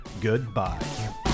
goodbye